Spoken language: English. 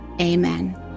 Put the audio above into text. amen